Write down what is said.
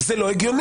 זה לא הגיוני.